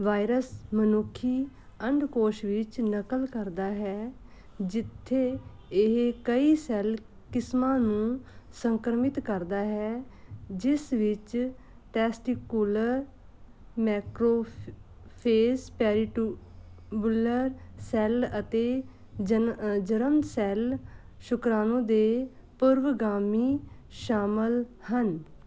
virus ਮਨੁੱਖੀ ਅੰਡਕੋਸ਼ ਵਿੱਚ ਨਕਲ ਕਰਦਾ ਹੈ ਜਿੱਥੇ ਇਹ ਕਈ ਸੈੱਲ ਕਿਸਮਾਂ ਨੂੰ ਸੰਕਰਮਿਤ ਕਰਦਾ ਹੈ ਜਿਸ ਵਿੱਚ ਟੈਸਟਿਕੂਲਰ ਮੈਕਰੋਫੈਜਸ ਪੈਰੀਟੂਬੂਲਰ ਸੈੱਲ ਅਤੇ ਜਨ ਜਰਮ ਸੈੱਲ ਸ਼ੁਕ੍ਰਾਣੂ ਦੇ ਪੂਰਵਗਾਮੀ ਸ਼ਾਮਲ ਹਨ